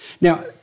Now